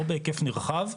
לא בהיקף נרחב,